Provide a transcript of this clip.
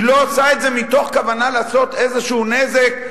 היא לא עושה את זה מתוך כוונה לעשות איזשהו נזק,